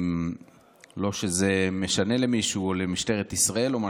לא שזה משנה למישהו או למשטרת ישראל או משהו,